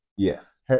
Yes